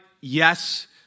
yes